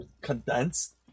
condensed